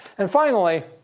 and finally,